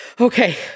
Okay